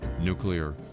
nuclear